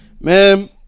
ma'am